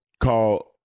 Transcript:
Called